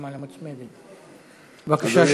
בבקשה.